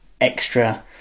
extra